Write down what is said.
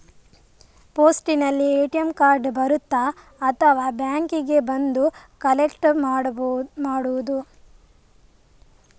ಪೋಸ್ಟಿನಲ್ಲಿ ATM card ಬರುತ್ತಾ ಅಥವಾ ಬ್ಯಾಂಕಿಗೆ ಬಂದು ಕಲೆಕ್ಟ್ ಮಾಡುವುದು?